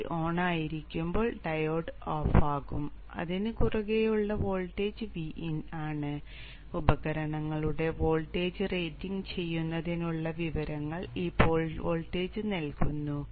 BJT on ആയിരിക്കുമ്പോൾ diode off ആകും അതിനു കുറുകെയുള്ള വോൾട്ടേജ് Vin ആണ് ഉപകരണങ്ങളുടെ വോൾട്ടേജ് റേറ്റിംഗ് ചെയ്യുന്നതിനുള്ള വിവരങ്ങൾ ഈ പോൾ വോൾട്ടേജ് നൽകുന്നു